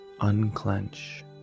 Unclench